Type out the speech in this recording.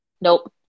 nope